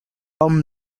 come